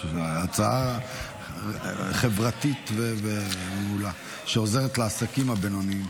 הצעה חברתית ומעולה שעוזרת לעסקים הבינוניים.